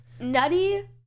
Nutty